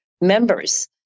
members